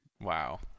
Wow